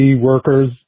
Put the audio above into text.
workers